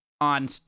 on